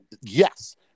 yes